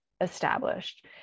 established